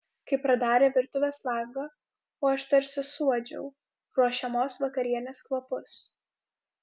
kai pradarė virtuvės langą o aš tarsi suuodžiau ruošiamos vakarienės kvapus